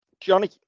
Johnny